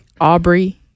Aubrey